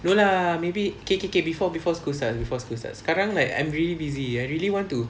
no lah maybe K K K before before school starts before school starts sekarang like I really busy I really want to